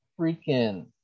freaking